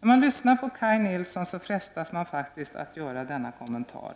När man lyssnar på honom frestas man faktiskt att göra följande kommentar: